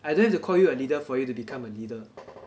I don't have to call you a leader for you to become a leader